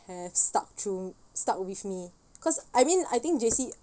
have stuck through stuck with me cause I mean I think J_C